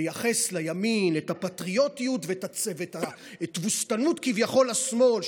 לייחס לימין את הפטריוטיות ואת התבוסתנות כביכול לשמאל,